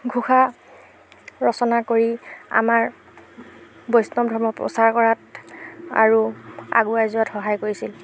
ঘোষা ৰচনা কৰি আমাৰ বৈষ্ণৱ ধৰ্ম প্ৰচাৰ কৰাত আৰু আগুৱাই যোৱাত সহায় কৰিছিল